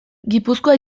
gipuzkoa